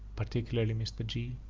particularly mr. g